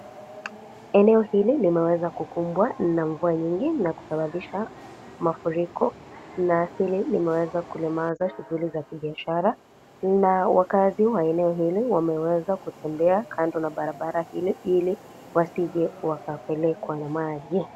Eneo hili limeweza kukumbwa na mvua nyingi na kusababisha mafuriko. Eneo hili limeweza kulimaza shughuli za biashara na wakaazi wa eneo hili wameweza kutembea kando na barabara hili ili wasije wakapelekwa na maji.